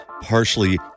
partially